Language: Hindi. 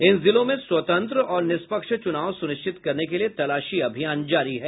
इन जिलों में स्वतंत्र और निष्पक्ष चुनाव सुनिश्चित करने के लिए तलाशी अभियान जारी है